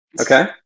Okay